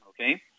okay